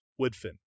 Woodfin